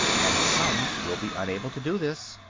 and some will be unable to do this,